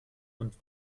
und